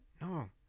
No